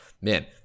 man